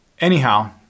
Anyhow